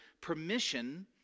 permission